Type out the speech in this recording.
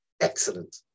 excellent